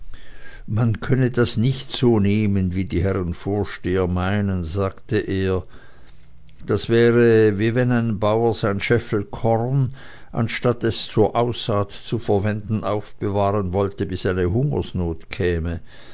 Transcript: man könne das nicht so nehmen wie die herren vorsteher meinen sagte er das wäre wie wenn ein bauer sein scheffel korn anstatt es zur aussaat zu verwenden aufbewahren wollte bis eine hungersnot käme